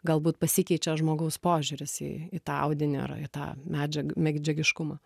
galbūt pasikeičia žmogaus požiūris į į tą audinį ar į tą medžiag megdžiagiškumą